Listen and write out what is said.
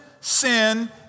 sin